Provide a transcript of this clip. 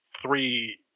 three